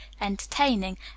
entertaining